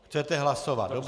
Chcete hlasovat, dobře.